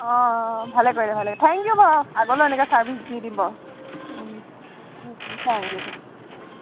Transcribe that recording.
অঁ অঁ ভালেই কৰিলে ভালেই কৰিলে থেংক ইউ বাৰু আগলৈয়ো এনেকৈ ছাৰ্ভিচ দি দিম বাৰু থেংক ইউ থেংক ইউ